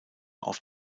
auf